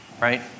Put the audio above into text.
right